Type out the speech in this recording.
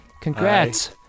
Congrats